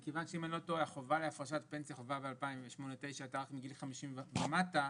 החובה להפרשת פנסיה מ-2008-2009 הייתה מגיל 50 ומטה,